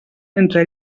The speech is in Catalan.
entre